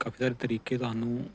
ਕਾਫ਼ੀ ਸਾਰੇ ਤਰੀਕੇ ਤੁਹਾਨੂੰ